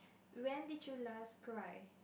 when did you last cry